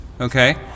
okay